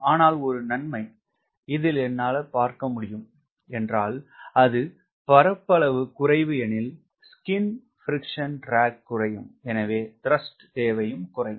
அனால் ஒரு நன்மை இதில் என்னால் பார்க்க முடிகிறது என்றால் அது பரப்பு குறைவு எனில் ஸ்கின் உராய்வு ட்ராக் குறையும் எனவே த்ரஸ்ட் தேவையும் குறையும்